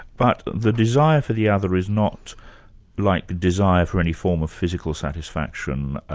but the desire for the other is not like the desire for any form of physical satisfaction,